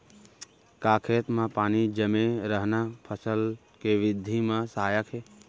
का खेत म पानी जमे रहना फसल के वृद्धि म सहायक हे?